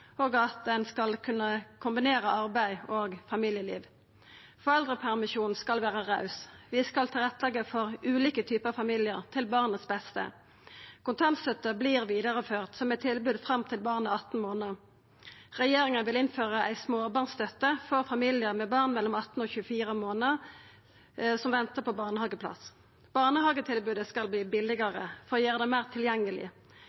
og at ein skal kunna kombinera arbeid og familieliv. Foreldrepermisjonen skal vera raus. Vi skal leggja til rette for ulike typar familiar, til barnets beste. Kontantstøtta vert vidareført som eit tilbod fram til barnet er 18 månader. Regjeringa vil innføra ei småbarnsstøtte for familiar med barn mellom 18 og 24 månader som ventar på barnehageplass. Barnehagetilbodet skal